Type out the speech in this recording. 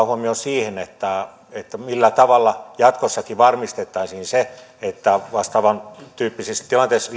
huomion siihen millä tavalla jatkossakin varmistettaisiin se että vastaavantyyppisissä tilanteissa